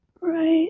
Right